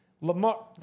Lamar